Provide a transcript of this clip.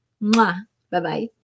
Bye-bye